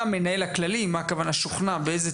באיזה צורה שוכנע ואיך?